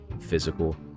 physical